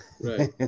Right